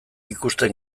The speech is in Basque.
ikusten